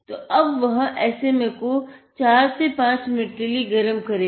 तो अब वह SMA को 4 से 5 मिनट के लिए गर्म करेगा